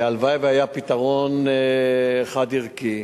והלוואי שהיה פתרון חד-ערכי.